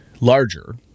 larger